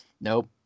Nope